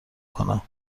کنم